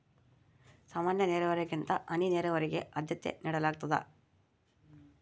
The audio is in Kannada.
ಸಾಮಾನ್ಯ ನೇರಾವರಿಗಿಂತ ಹನಿ ನೇರಾವರಿಗೆ ಆದ್ಯತೆ ನೇಡಲಾಗ್ತದ